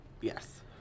Yes